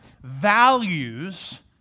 values